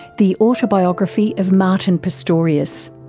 the autobiography of martin pistorius,